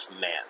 man